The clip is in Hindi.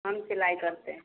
हम सिलाई करते हैं